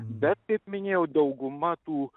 bet taip minėjau dauguma tų